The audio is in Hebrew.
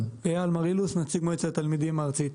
איל מרילוס, נציג מועצת התלמידים הארצית.